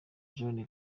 john